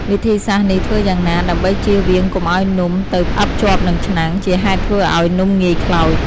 វិធីសាស្រ្តនេះធ្វើយ៉ាងណា ដើម្បីចៀសវាងកុំឱ្យនំ ទៅផ្អឹបជាប់នឹងឆ្នាំង ជាហេតុធ្វើឱ្យនំងាយខ្លោច។